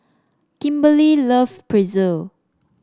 Kimberly love Pretzel